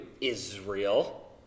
Israel